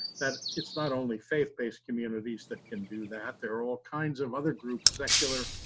that it's not only faith based communities that can do that, there are all kinds of other groups, secular,